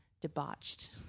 debauched